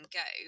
go